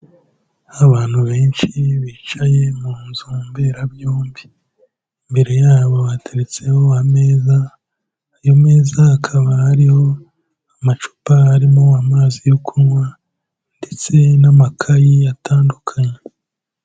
Abantu benshi bicaye mu nzu mberabyombi, imbere yabo hateretseho ameza, ayo meza akaba ariho amacupa arimo amazi yo kunywa ndetse n'amakayi atandukanye.